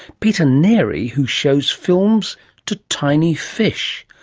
peter neri, who shows films to tiny fish,